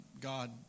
God